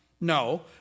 No